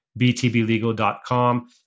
btblegal.com